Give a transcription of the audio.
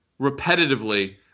repetitively